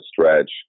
stretch